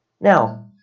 Now